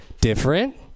different